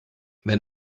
wenn